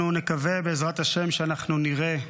אנחנו נקווה, בעזרת השם, שאנחנו נראה,